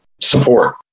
support